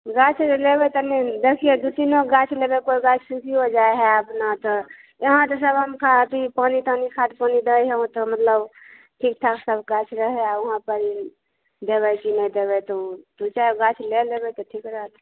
गाछ जे लेबे तनि देखीयो दू तीन गो गाछ लेबै कोइ गाछ सूखियो जाइ हइ अपना तऽ यहाँ तऽ सब हम खा पी पानि तानी खाद पानि दै तऽ मतलब ठीक ठाक सब गाछ रहै आ उहाँ पर देबै की नहि देबै तऽ दू चारि गाछ लै लेबै तऽ ठीक रहत